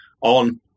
on